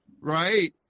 right